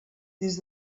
des